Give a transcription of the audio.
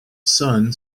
son